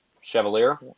Chevalier